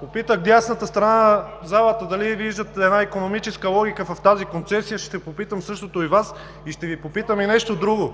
попитах дясната страна на залата дали виждат икономическа логика в тази концесия. Ще попитам същото и Вас. Ще Ви попитам и нещо друго.